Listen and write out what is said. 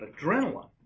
adrenaline